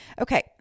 Okay